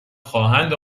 خواهند